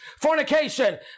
fornication